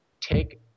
take